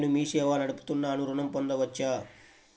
నేను మీ సేవా నడుపుతున్నాను ఋణం పొందవచ్చా?